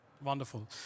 Wonderful